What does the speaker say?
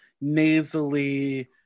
nasally